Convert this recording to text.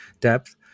depth